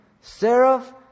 Seraph